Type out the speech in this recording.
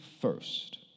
first